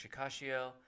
Shikashio